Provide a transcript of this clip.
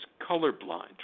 colorblind